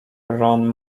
ron